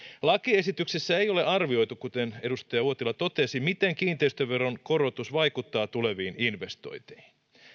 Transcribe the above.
lakiesityksessä ei ole arvioitu kuten edustaja uotila totesi miten kiinteistöveron korotus vaikuttaa tuleviin investointeihin